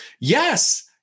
Yes